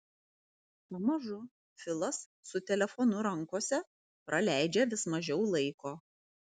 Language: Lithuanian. pamažu filas su telefonu rankose praleidžia vis mažiau laiko